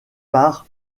par